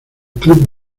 club